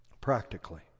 Practically